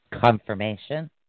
Confirmation